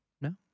No